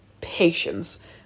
patience